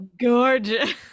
gorgeous